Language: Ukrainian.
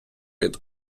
від